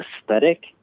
aesthetic